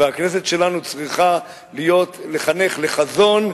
והכנסת שלנו צריכה לחנך לחזון,